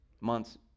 months